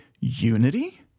unity